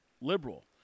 liberal